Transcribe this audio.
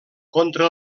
contra